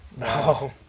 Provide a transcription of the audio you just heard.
No